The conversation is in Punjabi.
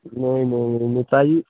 ਨਹੀਂ ਨਹੀਂ ਨਹੀਂ ਭਾਅ ਜੀ